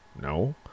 no